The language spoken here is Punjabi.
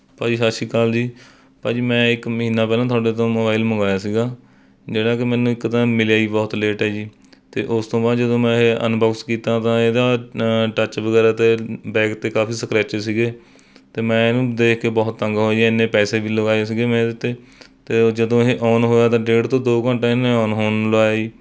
ਭਾਅ ਜੀ ਸਤਿ ਸ਼੍ਰੀ ਅਕਾਲੀ ਜੀ ਭਾਅ ਜੀ ਮੈਂ ਇੱਕ ਮਹੀਨਾ ਪਹਿਲਾਂ ਤੁਹਾਡੇ ਤੋਂ ਮੋਬਾਇਲ ਮੰਗਵਾਇਆ ਸੀ ਜਿਹੜਾ ਕਿ ਮੈਨੂੰ ਇੱਕ ਤਾਂ ਮਿਲਿਆ ਹੀ ਬਹੁਤ ਲੇਟ ਹੈ ਜੀ ਅਤੇ ਉਸ ਤੋਂ ਬਆਦ ਜਦੋਂ ਮੈਂ ਇਹ ਅਨਬੋਕਸ ਕੀਤਾ ਤਾਂ ਇਹਦਾ ਟੱਚ ਵਗੈਰਾ ਅਤੇ ਬੈਕ ਅਤੇ ਕਾਫ਼ੀ ਸਕਰੈਚਿਸ ਸੀ ਅਤੇ ਮੈਂ ਇਸ ਨੂੰ ਦੇਖ ਕੇ ਬਹੁਤ ਤੰਗ ਹੋਇਆ ਇੰਨੇ ਪੈਸੇ ਵੀ ਲਗਾਏ ਸੀ ਮੈਂ ਇਹਦੇ 'ਤੇ ਜਦੋਂ ਇਹ ਔਨ ਹੋਇਆ ਤਾਂ ਡੇਢ ਤੋਂ ਦੋ ਘੰਟੇ ਇਹਨੇ ਔਨ ਹੋਣ ਨੂੰ ਲਾਏ ਜੀ